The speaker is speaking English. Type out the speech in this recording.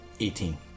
Eighteen